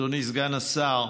אדוני סגן השר,